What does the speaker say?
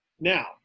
now